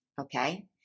Okay